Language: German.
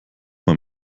man